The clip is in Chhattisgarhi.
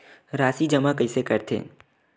राशि जमा कइसे करथे?